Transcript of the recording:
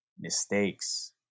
mistakes